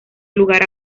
lugar